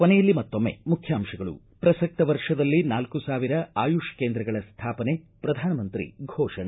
ಕೊನೆಯಲ್ಲಿ ಮತ್ತೊಮ್ಮೆ ಮುಖ್ಯಾಂಶಗಳು ಪ್ರಸಕ್ತ ವರ್ಷದಲ್ಲಿ ನಾಲ್ಕು ಸಾವಿರ ಆಯುಷ್ ಕೇಂದ್ರಗಳ ಸ್ಥಾಪನೆ ಪ್ರಧಾನಮಂತ್ರಿ ಘೋಷಣೆ